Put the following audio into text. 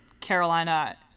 Carolina